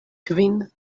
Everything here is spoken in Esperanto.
kvin